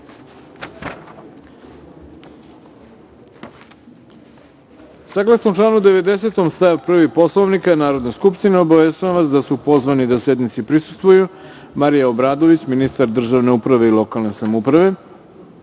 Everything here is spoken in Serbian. sednice. Saglasno članu 90. stav 1. Poslovnika Narodne skupštine, obaveštavam da su pozvani da sednici prisustvuju Marija Obradović, ministar državne uprave i lokalne samouprave,